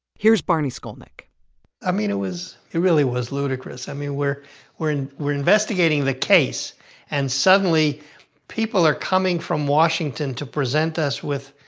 here's barney skolnik i mean it was, it really was ludicrous. i mean, we're we're and investigating the case and suddenly people are coming from washington to present us with,